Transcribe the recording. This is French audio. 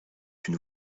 une